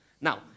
Now